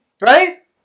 right